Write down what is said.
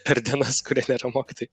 per dienas kurie nėra mokytojai